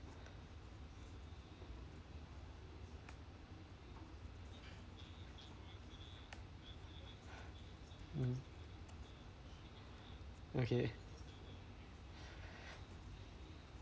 mm okay